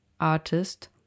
artist